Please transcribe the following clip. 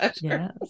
yes